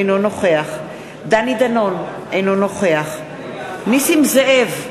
אינו נוכח דני דנון, אינו נוכח נסים זאב,